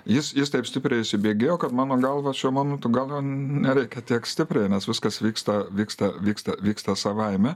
jis jis taip stipriai įsibėgėjo kad mano galva šiuo momentu gal jo nereikia tiek stipriai nes viskas vyksta vyksta vyksta vyksta savaime